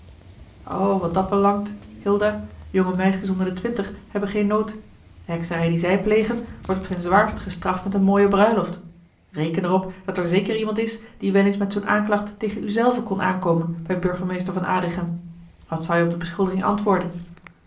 wat dat belangt hilda jonge meiskes onder de twintig hebben geen nood de hekserij die zij plegen wordt op zijn zwaarst gestraft met een mooie bruiloft reken er op dat er zeker iemand is die wel eens met zoo'n aanklacht tegen u zelve kon aankomen bij burgemeester van adrichem wat zou je op de beschuldiging antwoorden